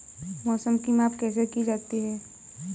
मौसम की माप कैसे की जाती है?